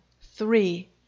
Three